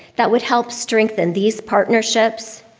that would help strengthen these partnerships